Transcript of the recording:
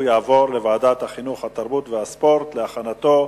לוועדת החינוך, התרבות והספורט נתקבלה.